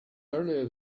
earlier